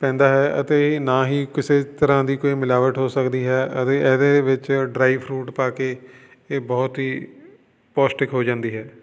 ਪੈਂਦਾ ਹੈ ਅਤੇ ਇਹ ਨਾ ਹੀ ਕਿਸੇ ਤਰ੍ਹਾਂ ਦੀ ਕੋਈ ਮਿਲਾਵਟ ਹੋ ਸਕਦੀ ਹੈ ਅਤੇ ਇਹਦੇ ਵਿੱਚ ਡਰਾਈ ਫਰੂਟ ਪਾ ਕੇ ਇਹ ਬਹੁਤ ਹੀ ਪੌਸ਼ਟਿਕ ਹੋ ਜਾਂਦੀ ਹੈ